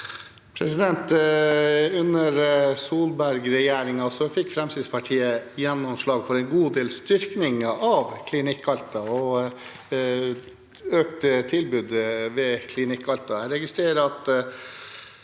Under Sol- berg-regjeringen fikk Fremskrittspartiet gjennomslag for en god del styrkinger av og økt tilbud ved Klinikk Alta. Jeg registrerer at